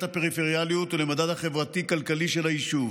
הפריפריאליות ולמדד החברתי-כלכלי של היישוב.